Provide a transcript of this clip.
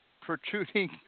protruding